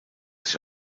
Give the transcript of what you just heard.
sich